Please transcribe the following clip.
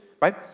right